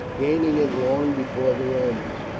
gaining it long before the romans,